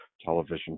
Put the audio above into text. television